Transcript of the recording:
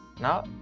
Now